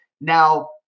Now